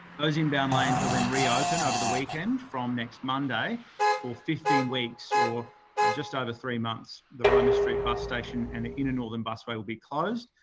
those inbound lanes will then reopen over the weekend from next monday for fifteen weeks, or just over three months. the roma street bus station and the inner northern busway will be closed,